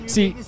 See